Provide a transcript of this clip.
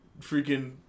freaking